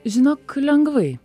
žinok lengvai